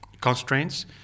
constraints